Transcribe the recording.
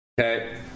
Okay